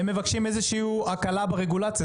הן מבקשות איזושהי הקלה ברגולציה.